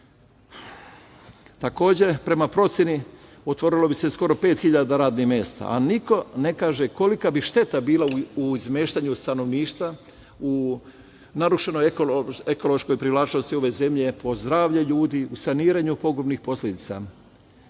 Takođe, prema proceni otvorilo bi se skoro 5.000 ranih mesta, a niko ne kaže kolika bi šteta bila u izmeštanju stanovništva, u narušenoj ekološkoj privlačnosti ove zemlje, po zdravlje ljudi, u saniranju pogubnih posledica.